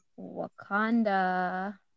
Wakanda